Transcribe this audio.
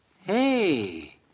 Hey